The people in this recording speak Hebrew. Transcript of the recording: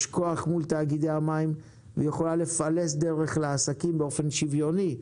יש כוח מול תאגידי המים והיא יכולה לפלס דרך לעסקים באופן שוויוני,